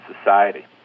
society